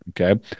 okay